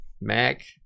Mac